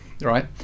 right